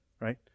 right